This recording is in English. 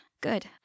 good